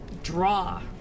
draw